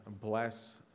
bless